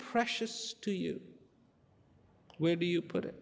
precious to you where do you put it